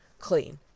clean